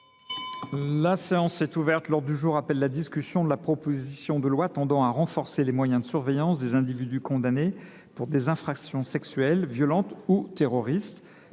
La séance est reprise. L’ordre du jour appelle la discussion de la proposition de loi tendant à renforcer les moyens de surveillance des individus condamnés pour des infractions sexuelles, violentes ou terroristes,